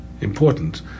important